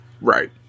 Right